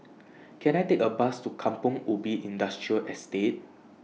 Can I Take A Bus to Kampong Ubi Industrial Estate